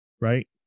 right